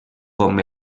com